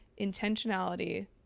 intentionality